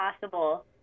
possible